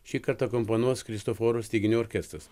šįkart akompanuos kristoforo styginių orkestras